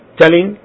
telling